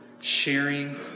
sharing